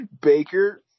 Baker